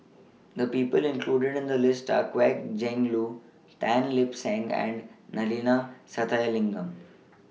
The People included in The list Are Kwek Leng Joo Tan Lip Seng and Neila Sathyalingam